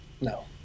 No